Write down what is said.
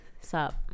Sup